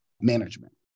management